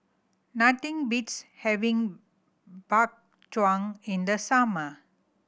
nothing beats having Bak Chang in the summer